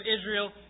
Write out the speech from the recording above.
israel